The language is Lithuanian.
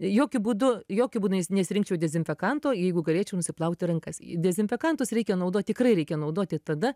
jokiu būdu jokiu būdu nes nesirinkčiau dezinfekanto jeigu galėčiau nusiplauti rankas į dezinfekantus reikia naudot tikrai reikia naudoti tada